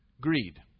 Greed